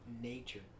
nature